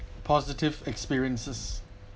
positive experiences